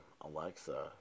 Alexa